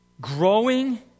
growing